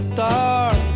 dark